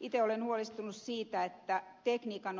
itse olen huolestunut siitä että tekniikan